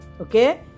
Okay